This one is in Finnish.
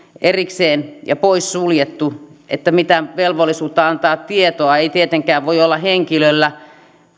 erikseen ja poissuljettu että mitään velvollisuutta antaa tietoa ei tietenkään voi olla henkilöllä